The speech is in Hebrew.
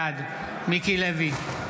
בעד מיקי לוי,